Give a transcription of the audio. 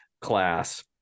class